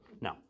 no